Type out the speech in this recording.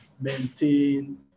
maintain